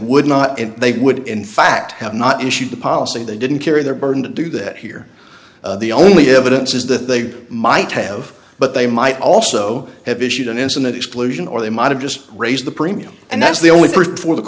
would not and they would in fact have not issued the policy they didn't carry their burden to do that here the only evidence is that they might have but they might also have issued an incentive exclusion or they might have just raised the premium and that's the only person for the